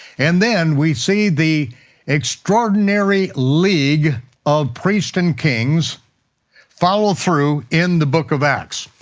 and then we see the extraordinary league of priests and kings follow through in the book of acts.